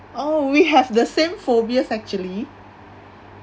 oh we have the same phobias actually